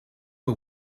for